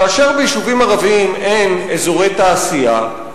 כאשר ביישובים ערביים אין אזורי תעשייה,